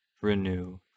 renew